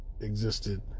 existed